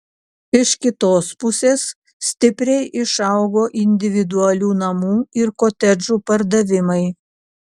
iš kitos pusės stipriai išaugo individualių namų ir kotedžų pardavimai